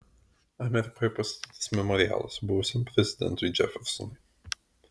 amerikoje pastatytas memorialas buvusiam prezidentui džefersonui